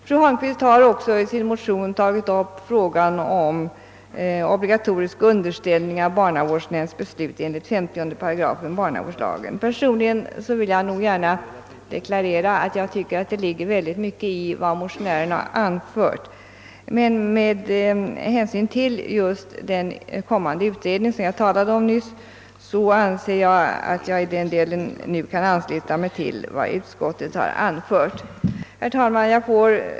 Fru Holmqvist har också i sin motion tagit upp frågan om obligatoriskt underställande av barnavårdsnämnds beslut enligt 50 § barnavårdslagen. Personligen vill jag deklarera att jag tycker det ligger mycket i vad motionären anfört, men med hänsyn just till den kommande utredning, som jag nyss talade om, anser jag att jag i den delen kan ansluta mig till vad utskottsmajoriteten uttalat. Herr talman!